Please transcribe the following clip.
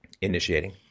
initiating